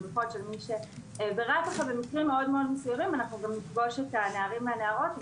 רק במקרים מאוד מסוימים נפגוש את הנערים והנערות,